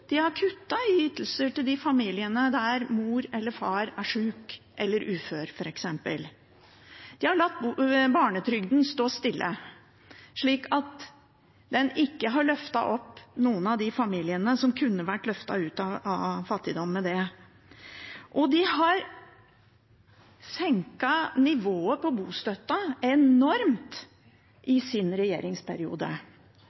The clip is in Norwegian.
de har kuttet i ytelser til familiene der mor eller far er syk eller ufør, f.eks. De har latt barnetrygden stå stille, slik at den ikke har løftet opp noen av de familiene som kunne vært løftet ut av fattigdom med det. De har senket nivået på bostøtten enormt